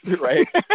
right